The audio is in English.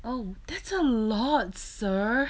oh that's a lot sir